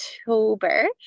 October